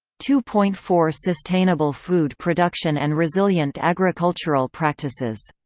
two point four sustainable food production and resilient agricultural practices.